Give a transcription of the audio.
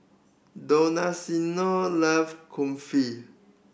Donaciano love Kulfi